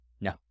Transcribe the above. No